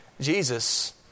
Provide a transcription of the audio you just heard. Jesus